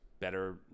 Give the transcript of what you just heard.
better